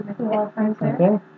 Okay